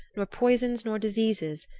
nor poisons nor diseases,